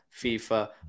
FIFA